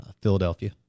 Philadelphia